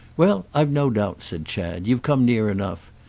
well, i've no doubt, said chad, you've come near enough.